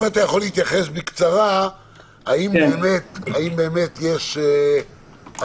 אם אתה יכול להתייחס בקצרה האם באמת יש אכיפה